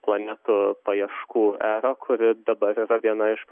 planetų paieškų erą kuri dabar yra viena iš